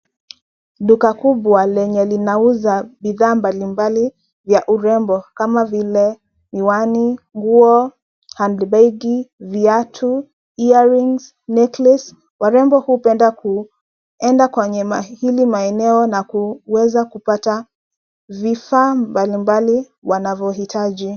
Duka kubwa lenye linauza bidhaa mbalimbali vya urembo kama vile miwani, nguo, handbag viatu, earrings, necklace . Warembo hupenda kuenda kwenye hili maeneo na kuweza kupata vifaa mbalimbali wanavyohitaji.